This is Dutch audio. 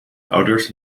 ouders